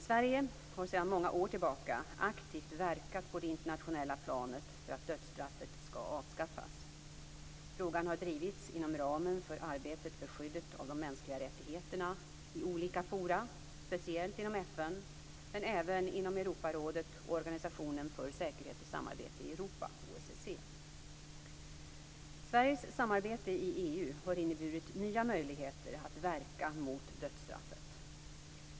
Sverige har sedan många år tillbaka aktivt verkat på det internationella planet för att dödsstraffet skall avskaffas. Frågan har drivits inom ramen för arbetet för skyddet av de mänskliga rättigheterna i olika forum, speciellt inom FN men även inom Europarådet och Organisationen för säkerhet och samarbete i Europa . Sveriges samarbete i EU har inneburit nya möjligheter att verka mot dödsstraffet.